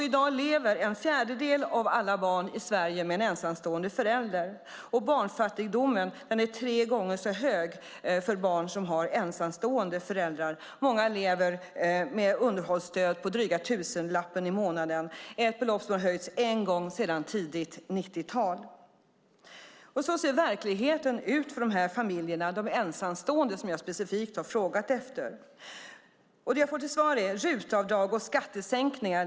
I dag lever en fjärdedel av alla barn i Sverige med en ensamstående förälder. Barnfattigdomen är tre gånger så stor bland de barn som har ensamstående föräldrar. Många lever med ett underhållsstöd på dryga tusenlappen i månaden - beloppet har höjts en enda gång sedan tidigt 1990-tal. Så ser verkligheten ut för familjer med ensamstående föräldrar som jag specifikt frågat om. Det jag får till svar är RUT-avdrag och skattesänkningar.